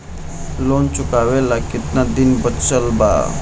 Loan चुकावे ला कितना दिन बचल बा?